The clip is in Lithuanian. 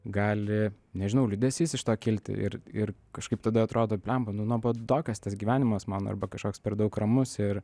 gali nežinau liūdesys iš to kilti ir ir kažkaip tada atrodo blemba nu nuobodokas tas gyvenimas mano arba kažkoks per daug ramus ir